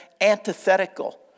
antithetical